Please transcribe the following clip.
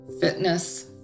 fitness